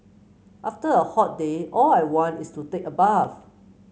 after a hot day all I want is to take a bath